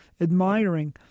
admiring